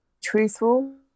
truthful